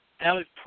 Alex